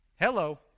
Hello